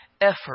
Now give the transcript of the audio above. effort